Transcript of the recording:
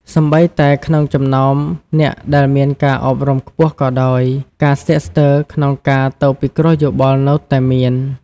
សូម្បីតែក្នុងចំណោមអ្នកដែលមានការអប់រំខ្ពស់ក៏ដោយ ការស្ទាក់ស្ទើរក្នុងការទៅពិគ្រោះយោបល់នៅតែមាន។